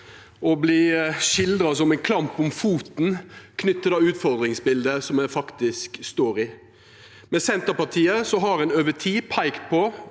å verta skildra som ein klamp om foten knytt til det utfordringsbildet som me faktisk står i. Med Senterpartiet har ein over tid peikt på